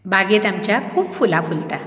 बागेंत आमच्या खूब फुलां फुलतात